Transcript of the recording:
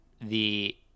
the-